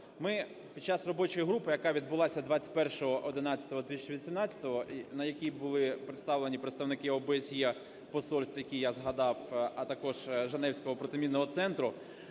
Ми під час робочої групи, яка відбулася 21.11.2018-го і на якій були представлені представники ОБСЄ, посольств, які я згадав, а також Женевського протимінного центру,